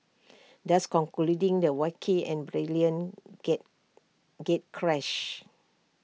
thus concluding the wacky and brilliant gate gatecrash